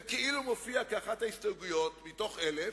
זה מופיע כאילו כאחת ההסתייגויות מתוך אלף,